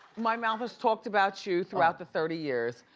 my mouth has talked about you throughout the thirty years.